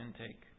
intake